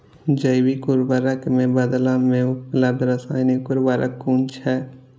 जैविक उर्वरक के बदला में उपलब्ध रासायानिक उर्वरक कुन छै?